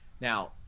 Now